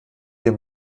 wir